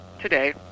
today